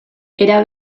era